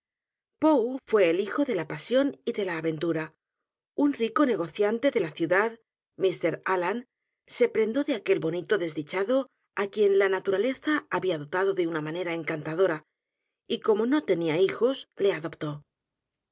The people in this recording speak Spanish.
fué el hijo de la pasión y de la aventura un rico negociante de la ciudad mr alian se prendó de aquel bonito desdichado á quien la naturaleza había dotado de una manera encantadora y como no tenía hijos le adoptó